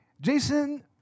Jason